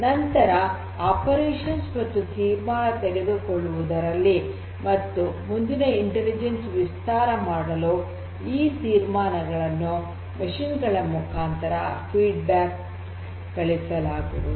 ನಂತರ ಕಾರ್ಯಾಚರಣೆಯಲ್ಲಿ ಮತ್ತು ತೀರ್ಮಾನ ತೆಗೆದುಕೊಳ್ಳುವುದರಲ್ಲಿ ಮತ್ತು ಮುಂದಿನ ಇಂಟೆಲಿಜೆನ್ಸ್ ವಿಸ್ತಾರ ಮಾಡಲು ಈ ತೀರ್ಮಾನಗಳನ್ನು ಯಂತ್ರಗಳ ಮುಖಾಂತರ ಫೀಡ್ ಬ್ಯಾಕ್ ಕಳುಹಿಸಲಾಗುವುದು